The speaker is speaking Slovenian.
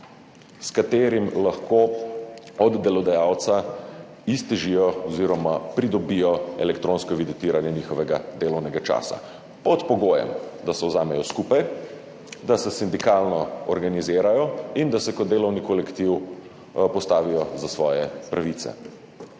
s katerim lahko od delodajalca iztržijo oziroma pridobijo elektronsko evidentiranje njihovega delovnega časa, pod pogojem, da se vzamejo skupaj, da se sindikalno organizirajo in da se kot delovni kolektiv postavijo za svoje pravice.